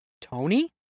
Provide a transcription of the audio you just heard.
Tony